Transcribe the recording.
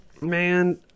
Man